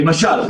למשל,